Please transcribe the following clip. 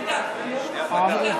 טייב,